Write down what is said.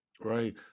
right